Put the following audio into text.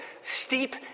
steep